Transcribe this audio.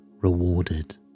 rewarded